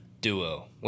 duo